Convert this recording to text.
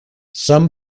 some